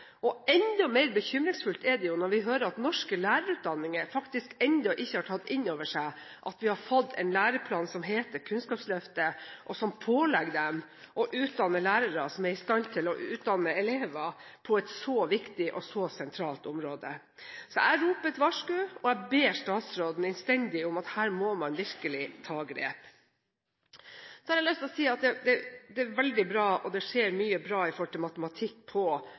Enda mer bekymringsfullt er det når vi hører at norske lærerutdanninger faktisk ennå ikke har tatt inn over seg at vi har fått en læreplan som heter Kunnskapsløftet, og som pålegger dem å utdanne lærere som er i stand til å utdanne elever på et så viktig og sentralt område. Jeg roper et varsku, og jeg ber statsråden innstendig om virkelig å ta grep. Det skjer mye bra i matematikk på barnetrinnet. Men jeg har lyst til å sitere det